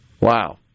Wow